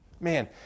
Man